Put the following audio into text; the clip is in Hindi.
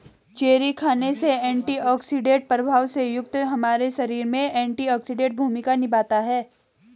चेरी खाने से एंटीऑक्सीडेंट प्रभाव से युक्त हमारे शरीर में एंटीऑक्सीडेंट भूमिका निभाता है